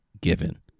given